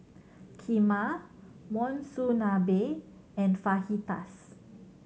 Kheema Monsunabe and Fajitas